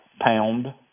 pound